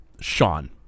Sean